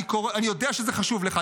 אני יודע שזה חשוב לך,